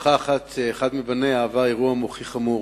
משפחה אחת שאחד מבניה עבר אירוע מוחי חמור